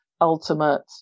ultimate